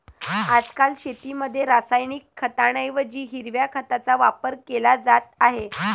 आजकाल शेतीमध्ये रासायनिक खतांऐवजी हिरव्या खताचा वापर केला जात आहे